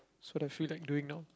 so that's feel like doing now